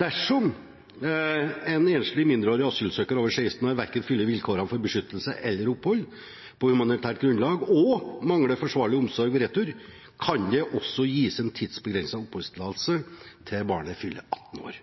Dersom en enslig mindreårig asylsøker over 16 år fyller vilkårene verken for beskyttelse eller for opphold på humanitært grunnlag og mangler forsvarlig omsorg ved retur, kan det også gis en tidsbegrenset oppholdstillatelse til barnet fyller 18 år.